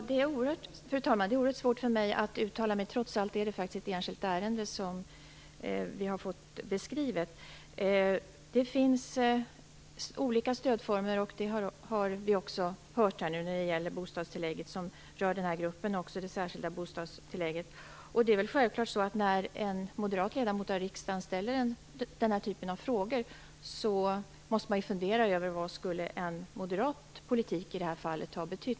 Fru talman! Det är oerhört svårt för mig att uttala mig. Det är trots allt ett enskilt ärende som vi har fått beskrivet. Det finns olika stödformer, det har vi också hört nu när det gäller det särskilda bostadstillägget som också rör den här gruppen. När en moderat riksdagsledamot ställer den här typen av frågor, är det självklart att man måste fundera över vad en moderat politik i det här fallet skulle betyda.